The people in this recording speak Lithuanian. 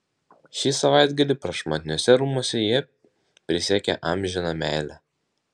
šį savaitgalį prašmatniuose rūmuose jie prisiekė amžiną meilę